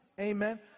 Amen